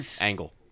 Angle